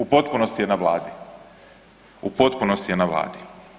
U potpunosti je na Vladi, u potpunosti je na Vladi.